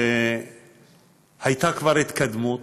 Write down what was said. שהייתה כבר התקדמות.